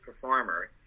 performer